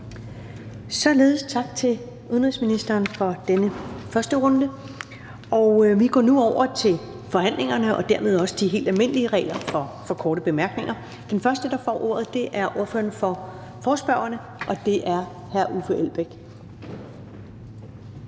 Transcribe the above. Ellemann): Tak til udenrigsministeren for denne første runde. Vi går nu over til forhandlingen og dermed også de helt almindelige regler for korte bemærkninger. Den første, der får ordet, er ordføreren for forespørgerne, og det er hr. Uffe Elbæk.